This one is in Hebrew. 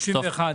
31 מיליון.